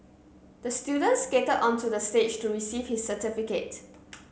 the students skated onto the stage to receive his certificate